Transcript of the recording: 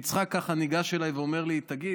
יצחק ככה ניגש אליי ואומר לי: תגיד,